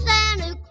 Santa